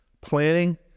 Planning